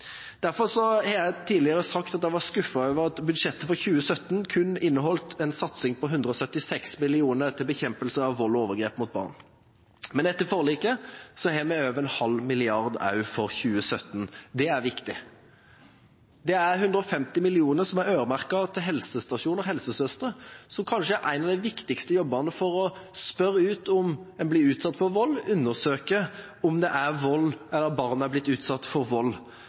har tidligere sagt at jeg var skuffet over at budsjettet for 2017 kun inneholdt en satsing på 176 mill. kr til bekjempelse av vold og overgrep mot barn, men etter forliket har vi over 0,5 mrd. kr også for 2017. Det er viktig. Det er øremerket 150 mill. kr til helsestasjoner og helsesøstre, som kanskje har en av de viktigste jobbene med å spørre om en blir utsatt for vold, og undersøke om barn er blitt utsatt for vold. Det forebyggende arbeidet er